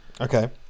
Okay